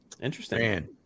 Interesting